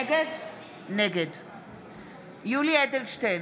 נגד יולי יואל אדלשטיין,